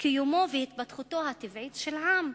קיומו והתפתחותו הטבעית של עם.